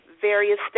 various